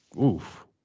oof